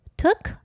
took